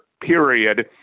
period